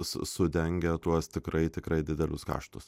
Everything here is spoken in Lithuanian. su sudengia tuos tikrai tikrai didelius kaštus